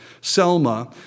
Selma